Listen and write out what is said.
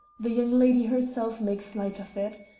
the young lady herself makes light of it.